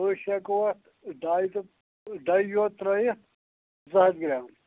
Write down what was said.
أسۍ ہٮ۪کو اَتھ ڈاے تہِ ڈایی یوت ترٛٲیِتھ زٕ ہَتھ گرٛام